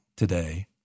today